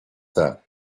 that